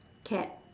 cat